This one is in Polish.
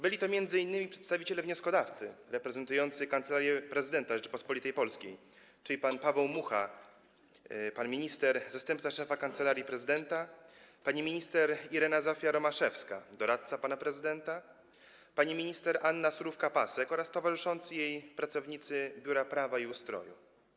Byli to m.in. przedstawiciele wnioskodawcy reprezentujący Kancelarię Prezydenta Rzeczypospolitej Polskiej, czyli pan minister Paweł Mucha, zastępca szefa kancelarii, pani minister Irena Zofia Romaszewska, doradca pana prezydenta, a także pani minister Anna Surówka-Pasek oraz towarzyszący jej pracownicy Biura Prawa i Ustroju.